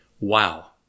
wow